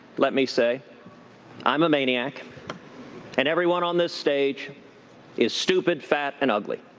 let me say i'm a maniac and everyone on this stage is stupid, fat, and ugly.